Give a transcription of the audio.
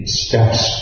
steps